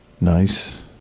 Nice